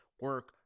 Work